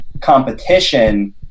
competition